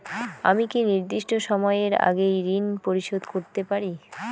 আমি কি নির্দিষ্ট সময়ের আগেই ঋন পরিশোধ করতে পারি?